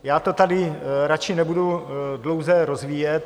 Já to tady radši nebudu dlouze rozvíjet.